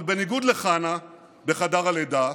אבל בניגוד לחנה בחדר הלידה,